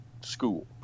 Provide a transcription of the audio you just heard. school